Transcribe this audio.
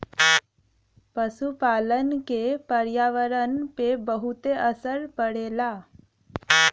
पसुपालन क पर्यावरण पे बहुत असर पड़ेला